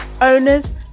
owners